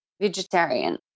vegetarian